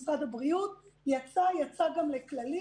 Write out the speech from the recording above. נציג משרד הבריאות יצא, יצא גם לכללית.